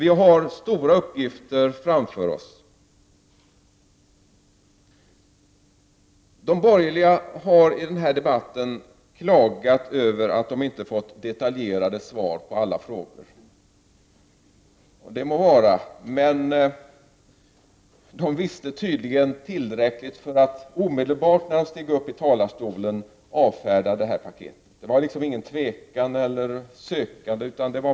Vi har stora uppgifter framför oss. De borgerliga har i denna debatt klagat över att de inte har fått detaljerade svar på alla frågor. Det må vara, men de visste tydligen tillräckligt för att i talarstolen omedelbart avfärda detta paket. Det var inte någon tvekan eller något sökande.